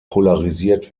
polarisiert